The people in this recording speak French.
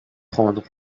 prendre